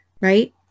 right